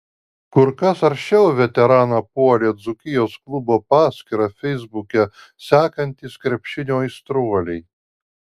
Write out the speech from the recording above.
kur kas aršiau veteraną puolė dzūkijos klubo paskyrą feisbuke sekantys krepšinio aistruoliai